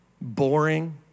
boring